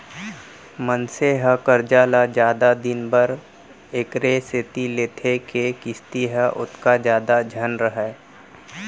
मनसे ह करजा ल जादा दिन बर एकरे सेती लेथे के किस्ती ह ओतका जादा झन रहय